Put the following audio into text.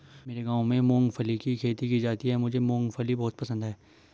मेरे गांव में मूंगफली की खेती की जाती है मुझे मूंगफली बहुत पसंद है